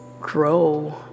grow